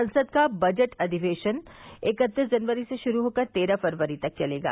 संसद का बजट अधिवेशन इक्कतीस जनवरी से शुरू होकर तेरह फरवरी तक चलेगा